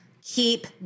keep